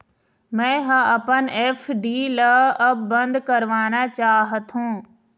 मै ह अपन एफ.डी ला अब बंद करवाना चाहथों